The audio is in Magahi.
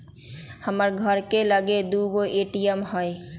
हमर घर के लगे दू गो ए.टी.एम हइ